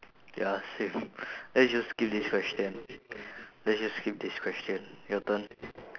ya same let's just skip this question let's just skip this question your turn